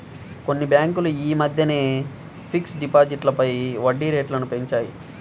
కొన్ని బ్యేంకులు యీ మద్దెనే ఫిక్స్డ్ డిపాజిట్లపై వడ్డీరేట్లను పెంచాయి